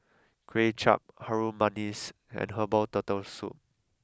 Kway Chap Harum Manis and Herbal Turtle Soup